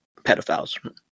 pedophiles